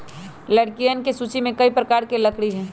लकड़ियन के सूची में कई प्रकार के लकड़ी हई